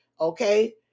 okay